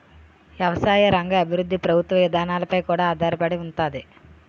ఎవసాయ రంగ అభివృద్ధి ప్రభుత్వ ఇదానాలపై కూడా ఆధారపడి ఉంతాది